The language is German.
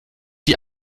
die